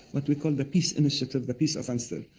what we call the peace initiative, the peace offensive,